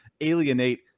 alienate